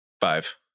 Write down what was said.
five